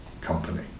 company